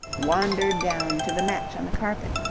wandered down to the match on the carpet.